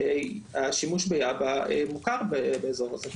השימוש ביאבה מוכר באזור הזה.